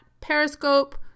Periscope